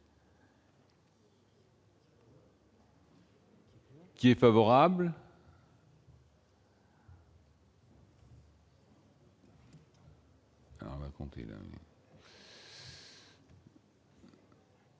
Qui est favorable.